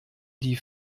die